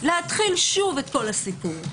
להתחיל שוב את כל הסיפור.